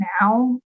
now